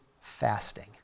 fasting